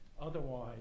otherwise